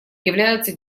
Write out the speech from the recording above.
являются